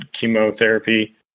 chemotherapy